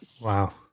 Wow